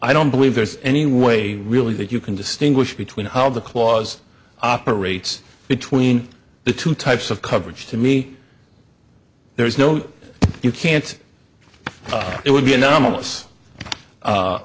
i don't believe there's any way really that you can distinguish between how the clause operates between the two types of coverage to me there is no you can't it would